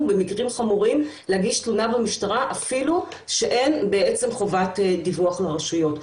במקרים חמורים להגיש תלונה במשטרה אפילו שאין בעצם חובת דיווח לרשויות.